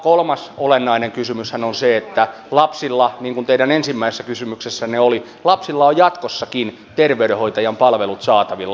kolmas olennainen kysymyshän on se että lapsilla niin kuin teidän ensimmäisessä kysymyksessänne oli on jatkossakin terveydenhoitajan palvelut saatavilla